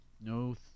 no